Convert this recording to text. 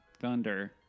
Thunder